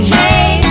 Chain